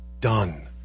done